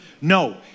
No